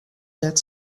that